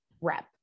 rep